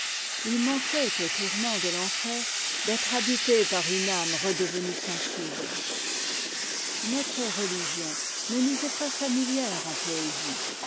il manquait aux tourments de l'enfer d'être habité par une âme redevenue sensible notre religion ne nous est pas famitière en poésie